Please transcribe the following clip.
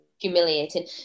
Humiliating